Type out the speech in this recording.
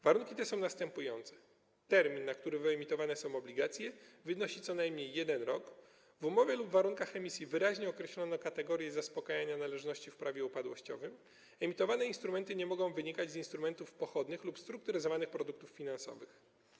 Warunki te są następujące: termin, na który wyemitowane są obligacje, wynosi co najmniej 1 rok, w umowie lub warunkach emisji wyraźnie określono kategorię zaspokajania należności w Prawie upadłościowym, emitowane instrumenty nie mogą wynikać z instrumentów pochodnych lub strukturyzowanych produktów finansowych.